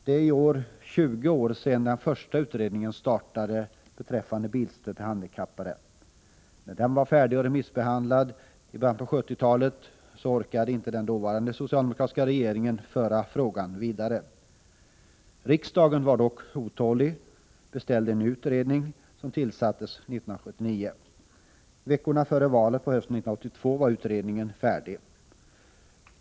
Det är i år 20 år sedan den första utredningen om bilstöd till handikappade startade. När den var färdig och remissbehandlad i början på 1970-talet orkade inte den dåvarande socialdemokratiska regeringen föra frågan vidare. 145 Riksdagen var dock otålig och beställde en ny utredning, som tillsattes 1979. Veckorna före valet på hösten 1982 var utredningen färdig.